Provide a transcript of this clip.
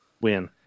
Win